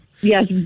Yes